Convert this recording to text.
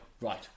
Right